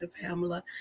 pamela